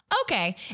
okay